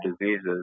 diseases